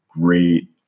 great